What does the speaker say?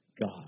God